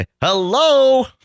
hello